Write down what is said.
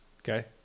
okay